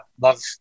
love